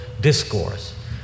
discourse